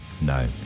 No